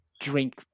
drink